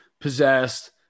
possessed